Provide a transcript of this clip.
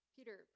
Peter